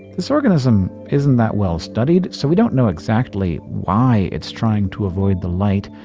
this organism isn't that well-studied, so we don't know exactly why it's trying to avoid the light.